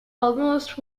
almost